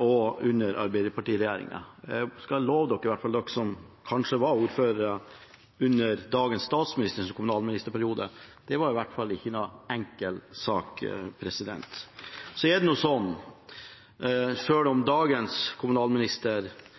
og under Arbeiderparti-regjeringer. Jeg skal love dere som kanskje var ordførere i den perioden da dagens statsminister var kommunalminister, at det i hvert fall ikke var noen enkel sak. Selv om dagens kommunalminister prøver å snakke seg bort fra satsingen i nord – ja, det